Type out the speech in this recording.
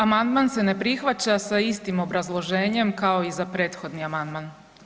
Amandman se ne prihvaća sa istim obrazloženje kao i za prethodni amandman.